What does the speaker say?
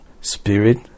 spirit